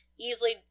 easily